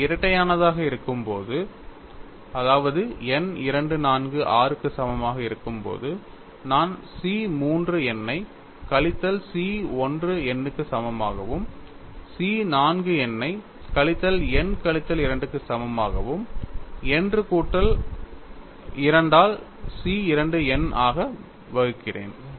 n இரட்டையானதா ஆக இருக்கும் போது n 2 4 6 க்கு சமமாக இருக்கும்போது நான் C 3 n ஐ கழித்தல் C 1 n க்கு சமமாகவும் C 4 n ஐ கழித்தல் n கழித்தல் 2 க்கு சமமாகவும் n கூட்டல் 2 ஆல் C 2 n ஆக வகுக்கிறேன்